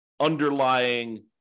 underlying